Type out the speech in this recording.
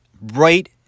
right